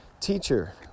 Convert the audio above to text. Teacher